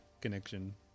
connection